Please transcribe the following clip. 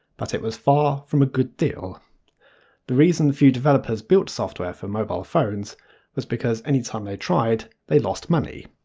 but it was far from a good deal the reason few developers built software for mobile phones was because anytime they tried, they lost money.